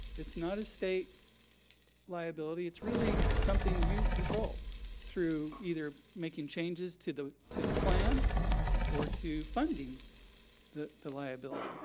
it's not a state liability, it's really something you control through either making changes to the to the plan or to funding the the liability.